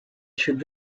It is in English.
should